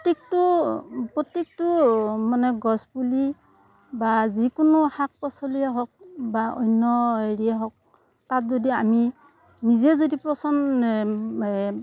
প্ৰত্যেকটো প্ৰত্যেকটো মানে গছপুলি বা যিকোনো শাক পাচলিয়ে হওক বা অন্য হেৰিয়ে হওক তাত যদি আমি নিজে যদি পচন